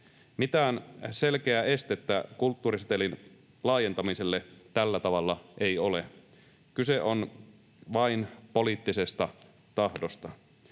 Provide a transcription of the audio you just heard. Mitään selkeää estettä kulttuurisetelin laajentamiselle tällä tavalla ei ole. Kyse on vain poliittisesta tahdosta.